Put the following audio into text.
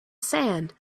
sand